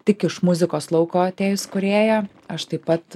tik iš muzikos lauko atėjus kūrėja aš taip pat